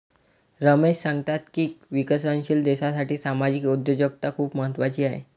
रमेश सांगतात की विकसनशील देशासाठी सामाजिक उद्योजकता खूप महत्त्वाची आहे